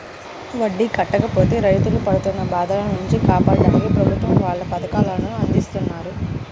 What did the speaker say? వడ్డీ కట్టలేక రైతులు పడుతున్న బాధల నుంచి కాపాడ్డానికి ప్రభుత్వం వాళ్ళు పథకాలను అందిత్తన్నారు